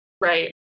Right